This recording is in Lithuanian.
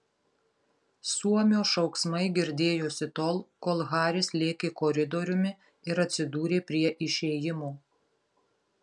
suomio šauksmai girdėjosi tol kol haris lėkė koridoriumi ir atsidūrė prie išėjimo